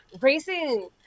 racing